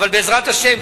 אבל בעזרת השם,